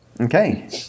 Okay